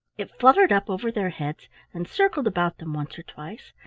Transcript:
it fluttered up over their heads and circled about them once or twice,